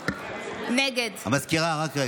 רגע.